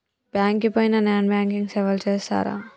Bank కి పోయిన non banking సేవలు చేస్తరా?